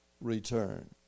return